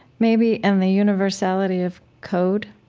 maybe, and the universality of code?